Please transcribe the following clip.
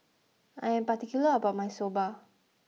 I am particular about my Soba